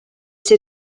ces